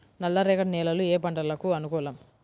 నల్లరేగడి నేలలు ఏ పంటలకు అనుకూలం?